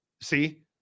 See